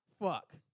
Fuck